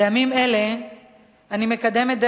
בימים אלה אני מקדמת,